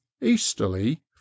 easterly